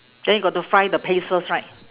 then you got to fry the paste first right